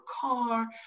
car